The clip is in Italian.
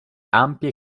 ampie